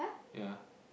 ya